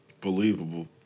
Believable